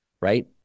right